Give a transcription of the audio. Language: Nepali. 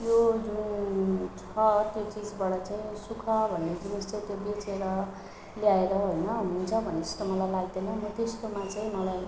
त्यो जुन छ त्यो चिजबाट चाहिँ सुख भन्ने जिनिस चाहिँ त्यो बेचेर ल्याएर होइन हुन्छ भन्ने जस्तो मलाई लाग्दैन म त्यस्तोमा चाहिँ मलाई